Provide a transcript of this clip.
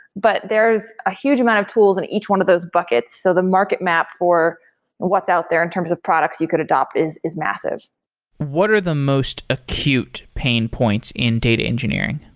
but there's a huge amount of tools in each one of those buckets. so the market map for what's out there in terms of products you could adopt is is massive what are the most acute pain points in data engineering?